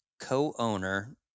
co-owner